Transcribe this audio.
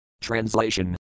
Translation